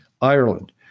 Ireland